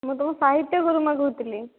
ମୁଁ ତୁମ ସାହିତ୍ୟ ଗୁରୁମା କହୁଥିଲି